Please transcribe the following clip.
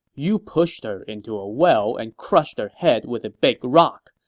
you pushed her into a well and crushed her head with a big rock,